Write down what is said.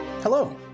Hello